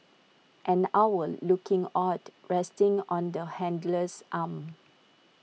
an owl looking awed resting on the handler's arm